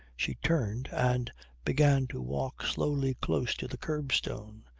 she turned and began to walk slowly close to the curbstone,